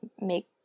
make